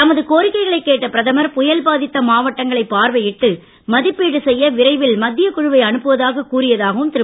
தமது கோரிக்கைகளை கேட்ட பிரதமர் புயல் பாதித்த மாவட்டங்களை பார்வையிட்டு மதிப்பீடு செய்ய விரைவில் மத்திய குழுவை அனுப்புவதாக கூறியதாகவும் திரு